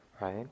right